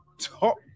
top